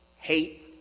Hate